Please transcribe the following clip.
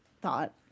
thought